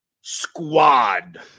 squad